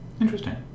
Interesting